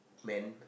man